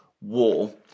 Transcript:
war